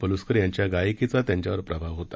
पलुस्कर यांच्या गायकीचा त्यांच्यावर प्रभाव होता